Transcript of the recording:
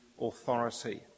authority